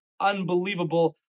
unbelievable